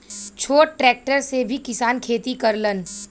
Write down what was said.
छोट ट्रेक्टर से भी किसान खेती करलन